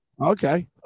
Okay